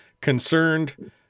Concerned